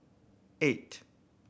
eight